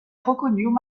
reconnurent